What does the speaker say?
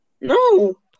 No